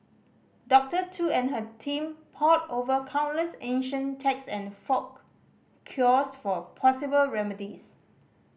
Doctor Tu and her team pored over countless ancient text and folk cures for possible remedies